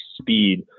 speed